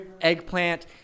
eggplant